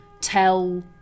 tell